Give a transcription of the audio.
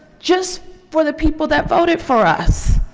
just for the people that voted for us.